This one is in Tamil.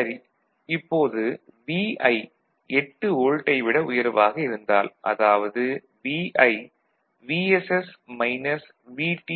சரி இப்போது Vi 8 வோல்ட்டை விட உயர்வாக இருந்தால் அதாவது Vi VSS - VT